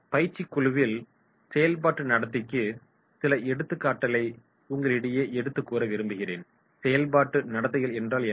பயிற்சிதிட்ட குழுவில் செயல்பாட்டு நடத்தைக்கு சில எடுத்துக்காட்டுகளை உங்களிடையே எடுத்து கூற விரும்புகிறேன் செயல்பாட்டு நடத்தைகள் என்றால் என்ன